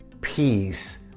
Peace